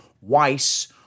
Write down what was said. Weiss